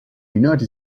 united